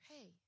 Hey